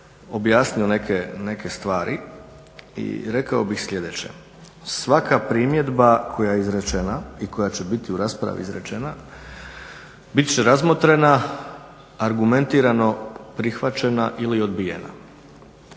objasnio neke stvari i rekao bih sljedeće. Svaka primjedba koja je izrečena i koja će biti u raspravi izrečena bit će razmotrena argumentirano prihvaćena ili odbijena,